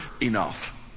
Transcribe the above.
enough